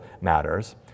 matters